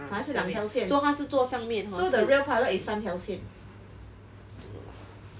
还是两条线 so the real pilot is 三条线